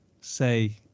say